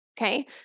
Okay